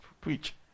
preach